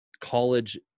college